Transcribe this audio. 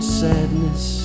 sadness